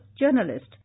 journalist